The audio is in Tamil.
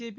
ஜேபி